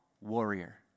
warrior